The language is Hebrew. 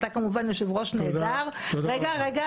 אתה יושב-ראש נהדר, כמובן.